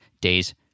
days